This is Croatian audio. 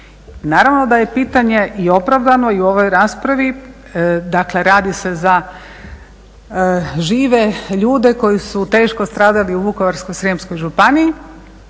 Naravno da je pitanje i opravdano i u ovoj raspravi, dakle radi se za žive ljude koji su teško stradali u Vukovarsko-srijemskoj županiji.